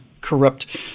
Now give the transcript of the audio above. corrupt